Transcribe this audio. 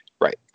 Right